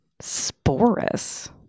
Sporus